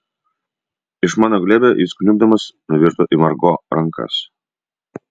iš mano glėbio jis kniubdamas nuvirto į margo rankas